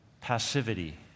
passivity